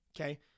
okay